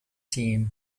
team